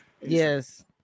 Yes